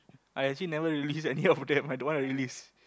I actually never release any of them I don't want to release